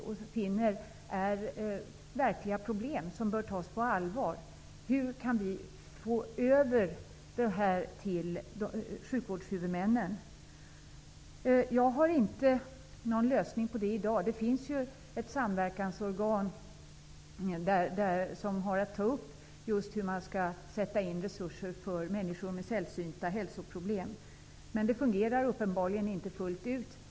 Det gäller verkliga problem som bör tas på allvar. Jag har inte någon lösning på det i dag. Det finns ett samverkansorgan som just har att ta upp frågan om hur man skall sätta in resurser för människor med sällsynta hälsoproblem. Det fungerar uppenbarligen inte fullt ut.